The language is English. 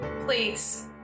please